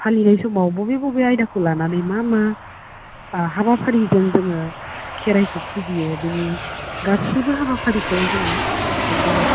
फालिनाय समाव बबे बबे आयदाखौ लानानै मा मा हाबाफारिजों जोङो खेराइखो फुजियो बिनि गासैबो हाबाफारिखौ जोङो एखदम